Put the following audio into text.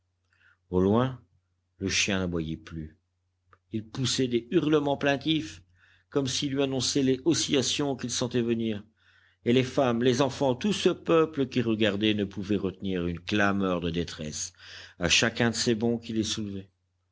au loin le chien n'aboyait plus il poussait des hurlements plaintifs comme s'il eût annoncé les oscillations qu'il sentait venir et les femmes les enfants tout ce peuple qui regardait ne pouvait retenir une clameur de détresse à chacun de ces bonds qui les